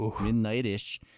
midnight-ish